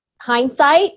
hindsight